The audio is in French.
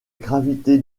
gravité